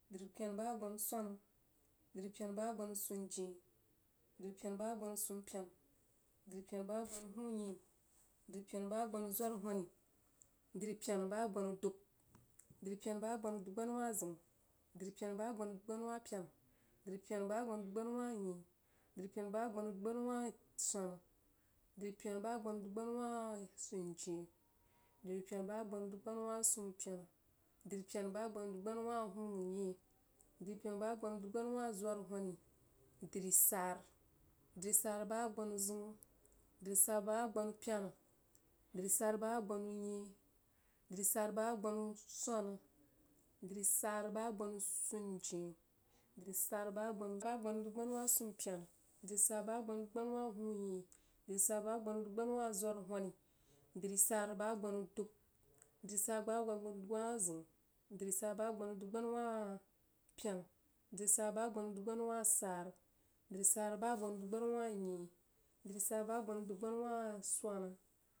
Dripyena bəg agbanu swana dripyena bəg agbanusunjnyeh dripyena bəg agbanu huunyeh dripyena bəg agbanu zwarhoni dripyena bəg agbanu dub dripyena bəg agbanu duggbanawah zəu dripyena bəg agbanu dug gbanawahpyena dripyena bəg agbanu dug gbanawah nyeh dripyena bəg agbanu dug gbanawah swana dripyena bəg agbanu dug gbanawah sunjnyeh dripyena bəg agbanu dug gbanawah sumpyena dripyena bəg agbanu dug gbanawah huunyeh dripyena bəg agbanu dug gbanawah zwarhoni drisara drisara bəg agbanu zəun drisara bəg agbanu-pyena drisara bəg agbanusara dirsara bəg gbanu nyeh drisara bəg agbanu swana drisara bəg agbanu sunjnye drisara bəg agbanu dubgbawah sumpyena drisara bəg agbanu dubgbanawah huunyeh drisara bəg agbanu dubgbanawah zwarhoni drisara bəg agbanu dub drisara bəg agbanu dubgbana wah zeun drisara bəg agbanu dubgbana wah pyena drisara bəg agbanu dubgbana wah sara drisara bəg agbanu dubgbana wah nyeh drisara bəg agbanu dubgbana wah swana